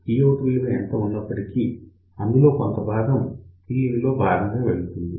Pout విలువ ఎంత ఉన్నప్పటికీ అందులో కొంత భాగం Pin లో భాగం గా వెళుతుంది